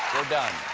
done.